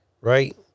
right